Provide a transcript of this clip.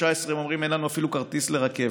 הם אומרים: אין לנו אפילו כרטיס לרכבת.